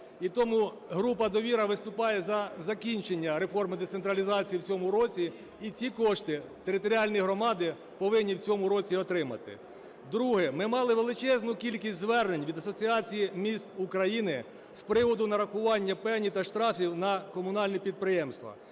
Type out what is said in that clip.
І тому група "Довіра" виступає за закінчення реформи децентралізації в цьому році, і ці кошти територіальні громади повинні в цьому році отримати. Друге. Ми мали величезну кількість звернень від Асоціації міст України з приводу нарахування пені та штрафів на комунальні підприємства,